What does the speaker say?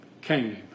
came